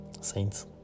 saints